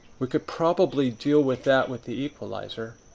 we could probably deal with that with the equalizer.